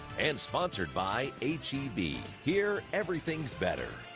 and sponsored by h e b. here, everything's better.